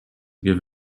give